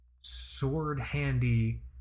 sword-handy